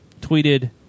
tweeted